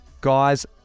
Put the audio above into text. Guys